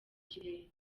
kirere